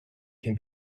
can